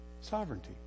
sovereignty